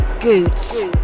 Goots